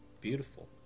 Beautiful